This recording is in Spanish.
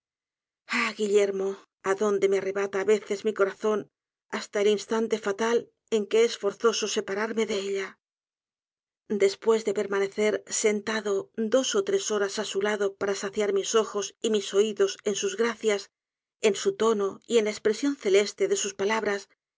guillermo á dónde me arrebata á veces mi corazón hasta el instante fatal en que es forzoso separarme de ella después de permanecer sentado dos ó tres horas á su lado para saciar mis ojos y mis oidos en sus gracias en su tono y en la espresion celeste de sus palabras